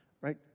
right